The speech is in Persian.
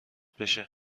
بشه